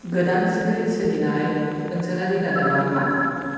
गोदानसिनै सोलिनाय ओनसोलारि रादाबा मा